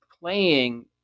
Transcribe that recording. playing